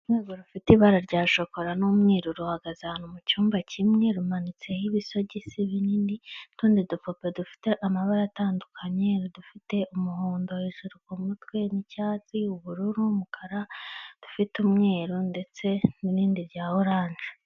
Urwego rufite ibara rya shokora n'umweru ruhagaze ahantu hano mu cyumba kimwe, rumanitseho ibisogisi binini, n'utundi dupope dufite amabara atandukanye, dufite umuhondo hejuru ku mutwe n'icyatsi, ubururu, umukara, udufite umweru ndetse n'irindi rya orange.